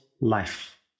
life